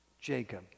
Jacob